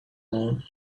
moon